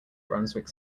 brunswick